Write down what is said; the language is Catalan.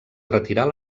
retirar